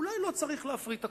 אולי לא צריך להפריט הכול,